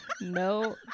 No